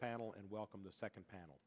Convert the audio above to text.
panel and welcome the second panel